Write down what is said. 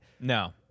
No